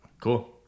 Cool